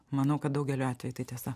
manau kad daugeliu atvejų tai tiesa